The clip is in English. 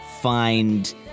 find